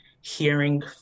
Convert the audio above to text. hearing